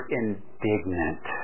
indignant